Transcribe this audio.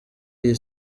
iyi